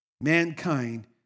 Mankind